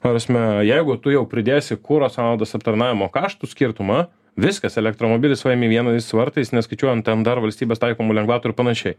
ta prasme jeigu tu jau pridėsi kuro sąnaudos aptarnavimo kaštų skirtumą viskas elektromobilis laimi vienais vartais neskaičiuojant ten dar valstybės taikomų lengvatų ir panašiai